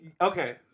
okay